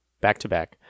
back-to-back